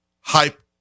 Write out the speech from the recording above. hype